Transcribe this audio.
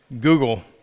Google